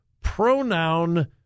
pronoun